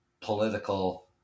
political